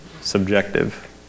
subjective